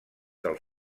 del